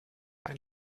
ein